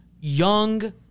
young